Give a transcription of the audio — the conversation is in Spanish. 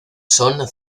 son